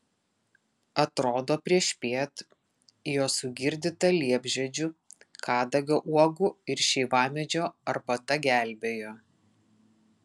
atrodo priešpiet jo sugirdyta liepžiedžių kadagio uogų ir šeivamedžio arbata gelbėjo